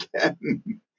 again